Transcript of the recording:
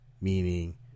meaning